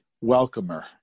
welcomer